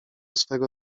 swego